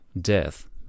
death